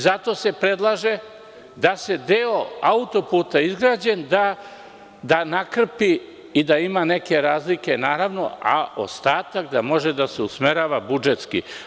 Zato se predlaže da se deo autoputa izgradi da nakrpi i da ima neke razlike, naravno, a ostatak da može da se usmerava budžetski.